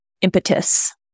impetus